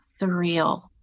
surreal